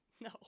no